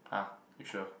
!huh! you sure